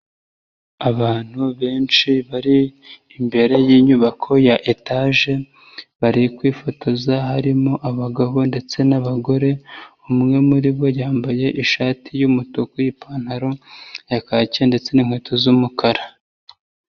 Abantu benshi bari imbere y'inyubako ya etaje bari kwifotoza harimo abagabo ndetse nabagore, umwe muribo yambaye ishati y'umutuku n'ipantaro ya kaki ndetse n'inkweto z'umukara.